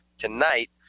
tonight